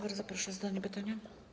Bardzo proszę o zadanie pytania.